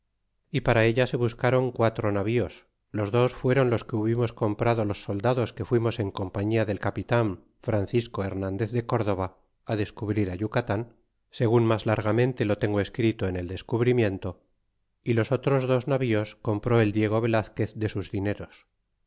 y para ella se buscaron cuatro navíos los dos fueron los que hubimos comprado los soldados que fuimos en compañía del capitan francisco hernandez de córdoba descubrir yucatan segun mas largamente lo tengo escrito en el descubrimiento y los otros dos navíos compró el diego velazquez de sus dineros